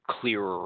clearer